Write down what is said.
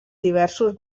diversos